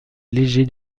légers